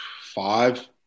five